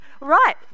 Right